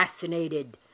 fascinated